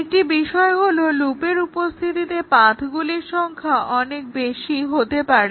একটি বিষয় হলো লুপের উপস্থিতিতে পাথগুলির সংখ্যা অনেক বেশি হতে পারে